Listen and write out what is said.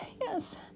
Yes